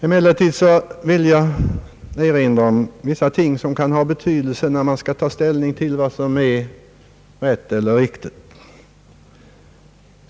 Emellertid vill jag erinra om vissa ting som kan ha betydelse när man skall ta ställning till vad som är rätt och riktigt.